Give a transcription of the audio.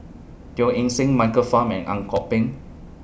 Teo Eng Seng Michael Fam and Ang Kok Peng